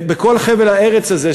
בכל חבל הארץ הזה,